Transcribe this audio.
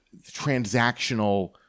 transactional